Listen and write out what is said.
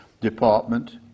department